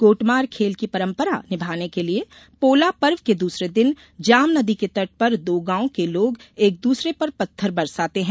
गोटमार खेल की परम्परा निभाने के लिये पोला पर्व के दूसरे दिन जाम नदी के तट पर दो गांव के लोग एक दूसरे पर पत्थर बरसाते हैं